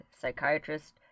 psychiatrist